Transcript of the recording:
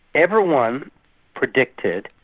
everyone predicted,